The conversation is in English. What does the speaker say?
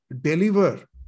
deliver